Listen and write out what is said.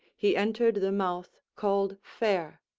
he entered the mouth called fair.